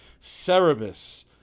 Cerebus